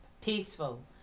peaceful